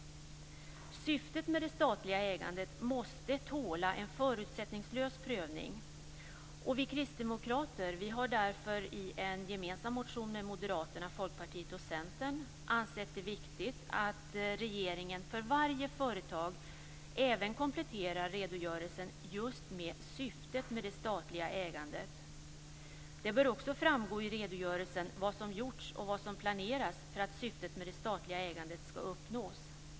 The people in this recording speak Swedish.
Syftet med det statliga ägandet måste tåla en förutsättningslös prövning. Vi kristdemokrater har därför i en gemensam motion med Moderaterna, Folkpartiet och Centern ansett det viktigt att regeringen för varje företag även kompletterar redogörelsen just med syftet med det statliga ägandet. Det bör också framgå i redogörelsen vad som gjorts och vad som planeras för att syftet med det statliga ägandet skall uppnås.